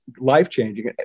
life-changing